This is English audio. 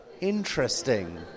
Interesting